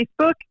Facebook